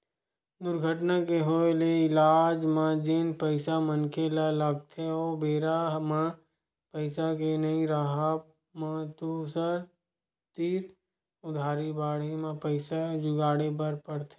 दुरघटना के होय ले इलाज म जेन पइसा मनखे ल लगथे ओ बेरा म पइसा के नइ राहब म दूसर तीर उधारी बाड़ही म पइसा जुगाड़े बर परथे